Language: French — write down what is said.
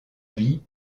vie